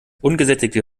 ungesättigte